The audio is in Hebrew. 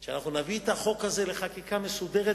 לכן,